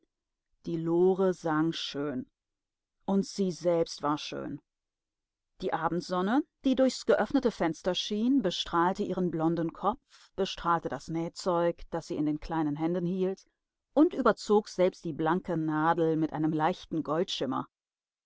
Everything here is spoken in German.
die lore sang schön und sie selbst war schön die abendsonne die durchs geöffnete fenster schien bestrahlte ihren blonden kopf bestrahlte das nähzeug das sie in den kleinen händen hielt und überzog selbst die blanke nadel mit einem leichten